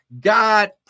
God